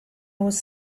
was